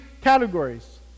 categories